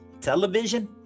Television